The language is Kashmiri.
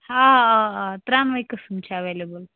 آ آ آ ترٛٮ۪نوٕے قٕسٕم چھِ اٮ۪ویلیبٕل